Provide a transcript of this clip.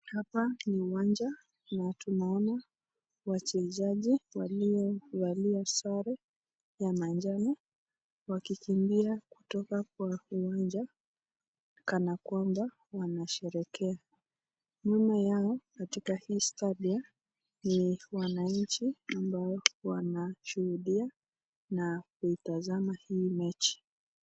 Hapa ni uwanja na tunaona wachezaji waliovalia sare ya manjano wakionekana kutoka kwa uwanja kana kwamba wanasherekea . Nyuma yao katika hii stadi kuna mashabiki wanaoshuhudia na kutazama mechi.